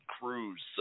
Cruz